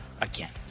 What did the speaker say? again